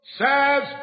says